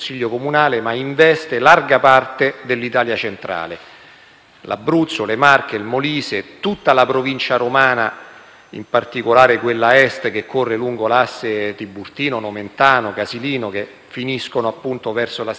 l'Abruzzo, le Marche, il Molise, tutta la provincia romana, in particolare quella Est che corre lungo gli assi tiburtino, nomentano, casilino, che finiscono appunto verso la stazione Tiburtina, dove arrivano i pendolari che si svegliano alle quattro